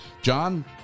John